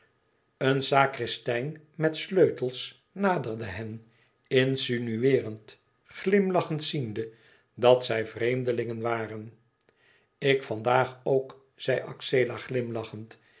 een sacristein met sleutels naderde hen insinueerend glimlachend ziende dat zij vreemdelingen waren k vandaag ook zei axela glimlachend